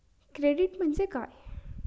Credit म्हणजे काय?